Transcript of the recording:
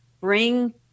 bring